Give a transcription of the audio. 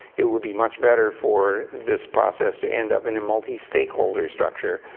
it would be much better for this process to end up in a multi-stakeholder structure,